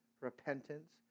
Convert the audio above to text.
repentance